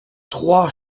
trois